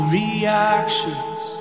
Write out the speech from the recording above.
reactions